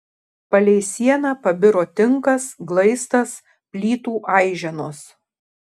palei sieną pabiro tinkas glaistas plytų aiženos